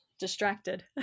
distracted